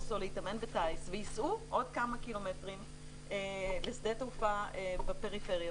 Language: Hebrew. או להתאמן בטיס וייסעו עוד כמה קילומטרים לשדה תעופה בפריפריה,